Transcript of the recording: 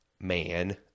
man